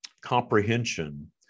comprehension